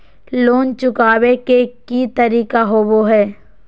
Loan चुकाबे के की तरीका होबो हइ?